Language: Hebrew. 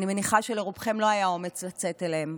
אני מניחה שלרובכם לא היה אומץ לצאת אליהם,